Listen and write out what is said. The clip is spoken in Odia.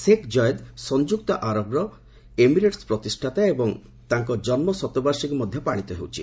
ଶେକ୍ ଜୟେଦ୍ ସଂଯୁକ୍ତ ଆବର ଏମିରେଟ୍ସର ପ୍ରତିଷ୍ଠାତା ଏବଂ ତାଙ୍କ ଜନ୍କ ଶତବାର୍ଷିକୀ ମଧ୍ୟ ପାଳିତ ହେଉଛି